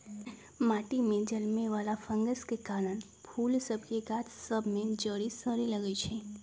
माटि में जलमे वला फंगस के कारन फूल सभ के गाछ सभ में जरी सरे लगइ छै